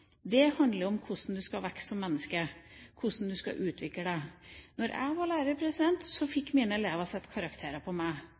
Det å gi ordentlige tilbakemeldinger handler om hvordan du skal vokse som menneske, og hvordan du skal utvikle deg. Da jeg var lærer,